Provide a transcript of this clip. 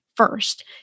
first